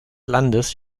landes